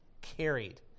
carried